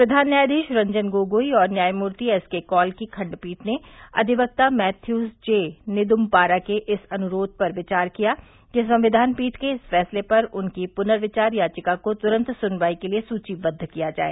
प्रधान न्यायाधीश रंजन गोगोई और न्यायमूर्ति एस के कौल की खण्डपीठ ने अधिवक्ता मैथ्यूस जे निदुम्पारा के इस अनुरोध पर विचार किया कि संविधान पीठ के इस फैसले पर उनकी पुनर्विचार याचिका को तुरन्त सुनवाई के लिए सूचीबद्द किया जाए